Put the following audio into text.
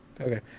Okay